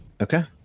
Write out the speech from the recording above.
okay